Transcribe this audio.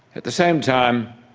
at the same time,